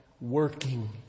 working